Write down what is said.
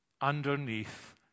underneath